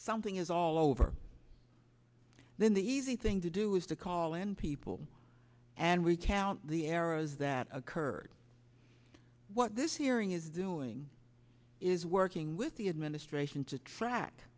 something is all over then the easy thing to do is to call in people and we count the arrows that occurred what this hearing is doing is working with the administration to track